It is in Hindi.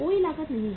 कोई लागत नहीं है